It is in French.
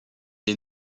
est